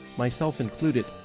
myself included.